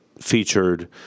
featured